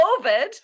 COVID